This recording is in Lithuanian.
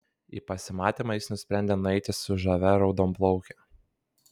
į pasimatymą jis nusprendė nueiti su žavia raudonplauke